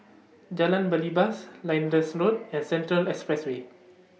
Jalan Belibas Lyndhurst Road and Central Expressway